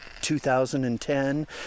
2010